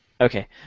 Okay